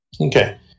Okay